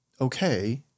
Okay